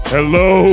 Hello